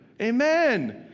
Amen